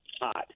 hot